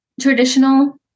traditional